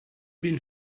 been